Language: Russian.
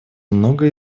многое